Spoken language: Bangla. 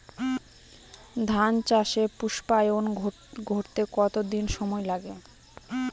ধান চাষে পুস্পায়ন ঘটতে কতো দিন সময় লাগে?